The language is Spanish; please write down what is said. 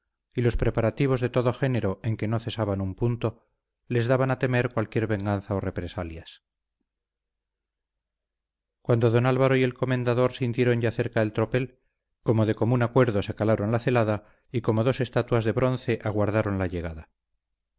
y los preparativos de todo género en que no cesaban un punto les daban a temer cualquier venganza o represalias cuando don álvaro y el comendador sintieron ya cerca el tropel como de común acuerdo se calaron la celada y como dos estatuas de bronce aguardaron la llegada